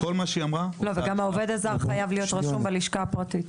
גם העובד הזר חייב להיות רשום בלשכה הפרטית.